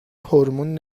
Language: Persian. هورمون